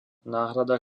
náhrada